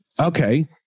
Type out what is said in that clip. okay